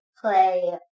play